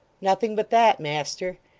nothing but that, master.